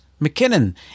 McKinnon